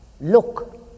look